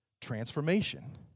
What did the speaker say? transformation